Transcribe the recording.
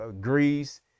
greece